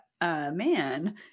man